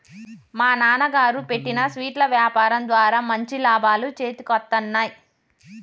మా నాన్నగారు పెట్టిన స్వీట్ల యాపారం ద్వారా మంచి లాభాలు చేతికొత్తన్నయ్